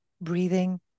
breathing